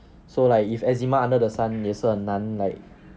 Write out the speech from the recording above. so like if eczema under the sun 也是很难 like